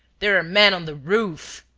there are men on the roof!